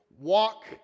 Walk